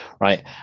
right